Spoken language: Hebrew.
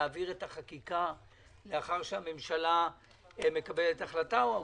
להעביר את החקיקה לאחר שהממשלה מקבלת החלטה או